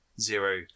Zero